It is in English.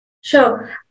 sure